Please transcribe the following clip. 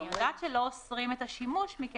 אני יודעת שלא אוסרים את השימוש.